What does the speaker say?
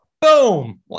Boom